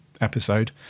episode